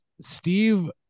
Steve